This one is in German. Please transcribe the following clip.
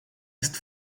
ist